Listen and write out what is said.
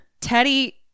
Teddy